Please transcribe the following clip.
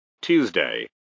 Tuesday